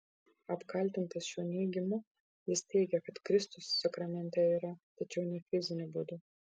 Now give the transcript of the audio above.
apkaltintas šiuo neigimu jis teigė kad kristus sakramente yra tačiau ne fiziniu būdu